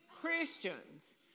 Christians